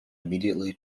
immediately